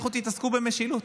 לכו תתעסקו במשילות,